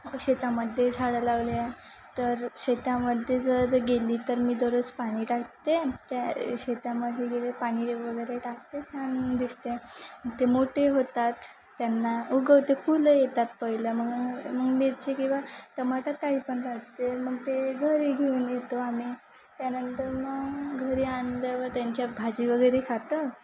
शेतामध्ये झाडं लावल्या तर शेतामध्ये जर गेली तर मी दररोज पाणी टाकते त्या शेतामध्ये गेले पाणी वगैरे टाकते छान दिसते ते मोठे होतात त्यांना उगवते फुलं येतात पहिलं मग मग मिरची किंवा टमाटर काही पण राहते मग ते घरी घेऊन येतो आम्ही त्यानंतर मग घरी आणल्यावर त्यांच्या भाजी वगैरे खातं